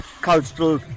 cultural